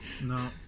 No